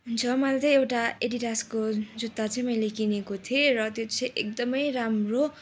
हुन्छ मैले चाहिँ एउटा एडिडासको जुत्ता चाहिँ मैले किनेको थिएँ र त्यो चाहिँ एकदमै राम्रो